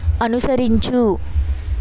అనుసరించు